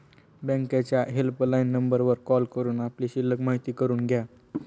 बँकेच्या हेल्पलाईन नंबरवर कॉल करून आपली शिल्लक माहिती करून घ्या